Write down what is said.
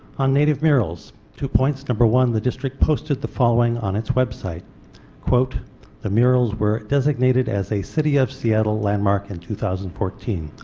on native murals, two points number one the district posted the following on its website the murals were designated as a city of seattle landmark in two thousand and fourteen